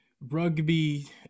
rugby